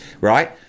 right